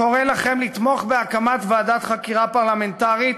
קורא לכם לתמוך בהקמת ועדת חקירה פרלמנטרית,